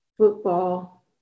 football